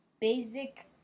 basic